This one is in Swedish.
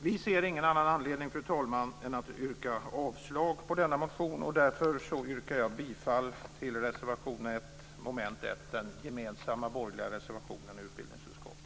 Vi ser ingen annan anledning, fru talman, än att yrka avslag på denna motion, och därför yrkar jag bifall till reservation 1 under mom. 1, dvs. den gemensamma borgerliga reservationen i utbildningsutskottet.